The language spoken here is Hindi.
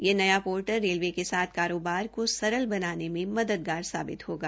यह नया पोर्टल रेलवे के साथ कारोबार को सरल बनाने में मददगार साबित होगी